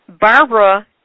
Barbara